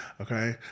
okay